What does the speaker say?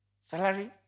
Salary